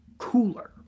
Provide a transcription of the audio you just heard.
Cooler